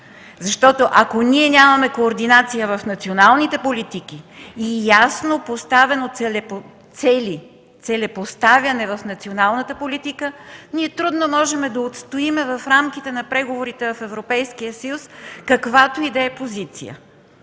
Защото, ако нямаме координация в националните политики и ясно целепоставяне в националната политика, трудно можем да отстоим в рамките на преговорите в Европейския съюз каквато и да е позиция.